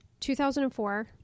2004